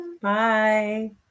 Bye